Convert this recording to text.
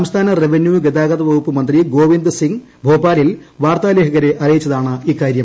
സംസ്ഥാന റവന്യൂ ഗതാഗത വകൂപ്പ് മന്ത്രി ഗോവിന്ദ് സിംഗ് ഭോപ്പാലിൽ വാർത്താലേഖകരെ അറിയിച്ചതാണിക്കാരൃം